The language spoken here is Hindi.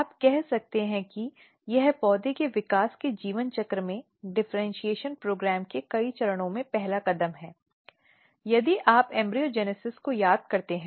आप कह सकते हैं कि यह पौधे के विकास के जीवन चक्र में डिफरेन्शीऐशन प्रोग्राम के कई चरणों में पहला कदम है यदि आप भ्रूणजनन को याद करते हैं